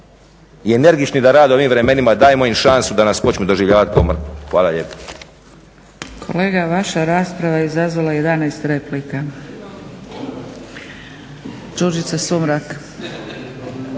i energični da rade u ovim vremenima dajmo im šancu da nas počnu doživljavati kao